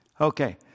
Okay